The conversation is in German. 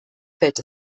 fällt